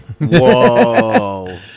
Whoa